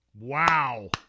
Wow